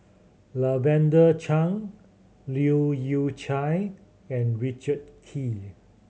Lavender Chang Leu Yew Chye and Richard Kee